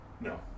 No